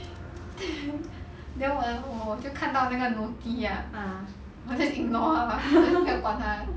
then 我 then 我就看到那个 noti ah 我 just ignore 他不要管他